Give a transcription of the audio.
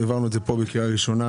העברנו את זה פה, בקריאה ראשונה,